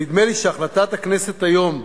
נדמה לי שהחלטת הכנסת היום,